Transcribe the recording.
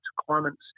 requirements